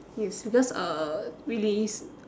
yes because uh really is